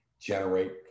generate